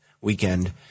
weekend